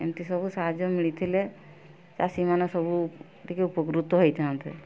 ଏମିତି ସବୁ ସାହାଯ୍ୟ ମିଳିଥିଲେ ଚାଷୀମାନେ ସବୁ ଟିକେ ଉପକୃତ ହୋଇଥାନ୍ତେ